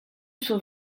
suo